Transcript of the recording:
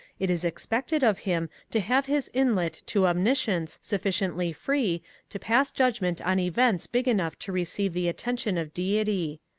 it is expected of him to have his inlet to omniscience sufficiently free to pass judgment on events big enough to receive the attention of deity.